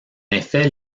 effet